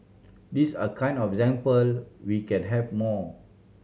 these are kind of example we can have more